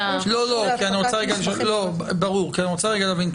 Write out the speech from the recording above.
אני רוצה להבין,